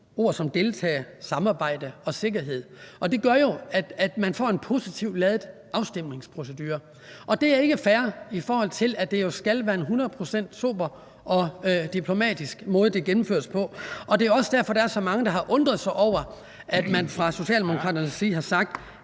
ord som deltage, samarbejde og sikkerhed. Det gør jo, at man får en positivt ladet afstemningsprocedure. Det er ikke fair, i forhold til at det jo skal være en hundrede procent sober og diplomatisk måde, det gennemføres på. Det er også derfor, at der er så mange, der har undret sig over, at man fra Socialdemokraternes side